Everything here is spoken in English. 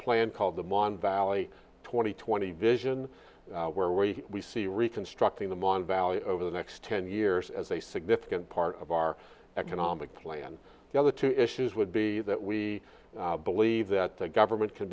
plan called the mon valley twenty twenty vision where we see reconstructing the mon valley over the next ten years as a significant part of our economic plan the other two issues would be that we believe that the government can